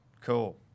Cool